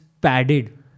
padded